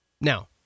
Now